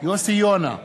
יוסי יונה,